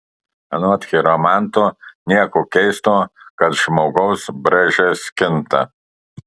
anot chiromanto nieko keisto kad žmogaus braižas kinta